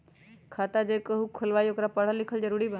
खाता जे केहु खुलवाई ओकरा परल लिखल जरूरी वा?